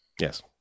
Yes